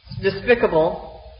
despicable